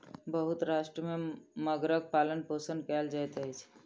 बहुत राष्ट्र में मगरक पालनपोषण कयल जाइत अछि